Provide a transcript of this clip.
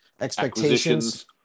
expectations